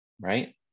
Right